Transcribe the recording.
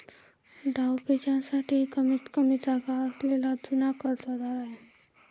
डावपेचांसाठी कमीतकमी जागा असलेला जुना कर्जदार आहे